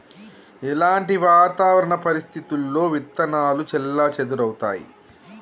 ఎలాంటి వాతావరణ పరిస్థితుల్లో విత్తనాలు చెల్లాచెదరవుతయీ?